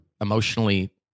emotionally